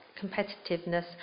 competitiveness